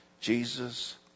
Jesus